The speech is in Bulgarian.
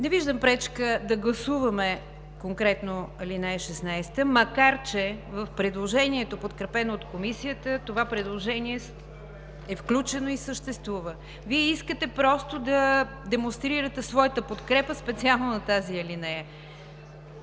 Не виждам пречка да гласуваме конкретно ал. 16, макар че в предложението, подкрепено от Комисията, това предложение е включено и съществува. Вие искате просто да демонстрирате своята подкрепа специално на тази алинея?